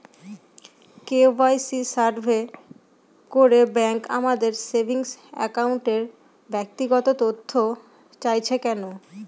KYC survey করে bank আমাদের saving অ্যাকাউন্টের ব্যক্তিগত তথ্য চাইছে কেন?